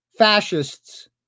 fascists